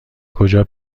کجا